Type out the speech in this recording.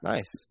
Nice